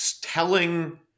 telling